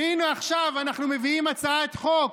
והינה, עכשיו אנחנו מביאים הצעת חוק.